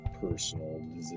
personal